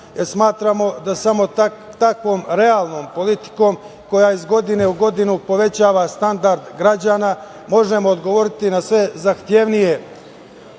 Smatramo da takvom realnom politikom koja iz godine u godinu povećava standard građana, možemo odgovoriti na sve zahtevnije